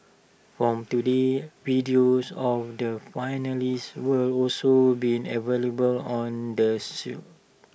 from today videos of the finalists will also be available on the